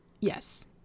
Yes